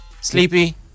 Sleepy